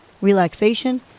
relaxation